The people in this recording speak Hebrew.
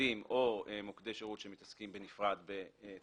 עובדים או מוקדי שירות שמתעסקים בנפרד בתשלומים